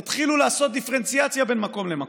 תתחילו לעשות דיפרנציאציה בין מקום למקום.